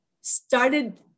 started